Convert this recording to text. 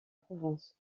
provence